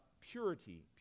purity